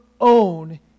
own